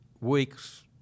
weeks